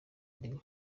uri